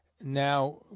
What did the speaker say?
Now